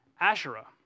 Asherah